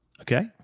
Okay